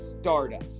stardust